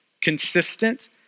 consistent